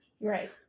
right